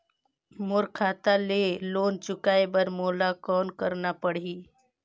मोर खाता ले लोन चुकाय बर मोला कौन करना पड़ही?